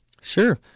Sure